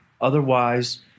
Otherwise